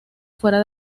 fuera